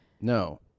No